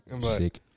sick